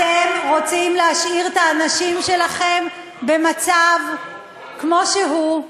אתם רוצים להשאיר את האנשים שלכם במצב כמו שהוא,